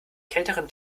kälteren